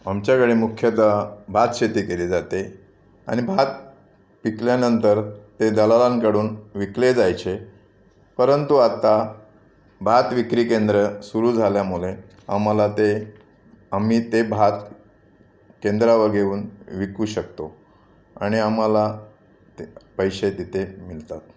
आमच्याकडे मुख्यतः भात शेती केली जाते आणि भात पिकल्यानंतर ते दलालांकडून विकले जायचे परंतु आत्ता भात विक्री केंद्र सुरू झाल्यामुळे आम्हाला ते आम्ही ते भात केंद्रावर घेऊन विकू शकतो आणि आम्हाला ते पैसे तेथे मिळतात